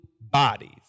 bodies